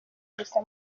gusa